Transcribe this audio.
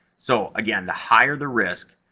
so again, the higher the risk,